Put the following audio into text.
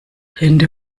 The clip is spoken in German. hände